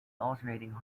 alternating